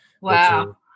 wow